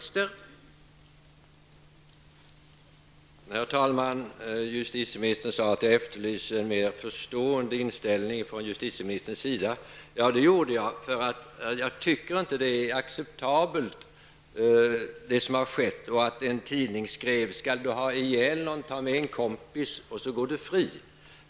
Herr talman! Justitieministern sade att jag efterlyser en mer förstående inställning från justitieministerns sida. Ja, det gjorde jag därför att jag inte tycker att det som har skett är acceptabelt. En tidning skrev: ''Skall du ha ihjäl någon, ta med en kompis så går du fri.''